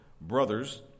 brothers